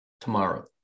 tomorrow